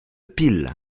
peel